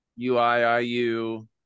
UIIU